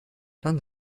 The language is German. dann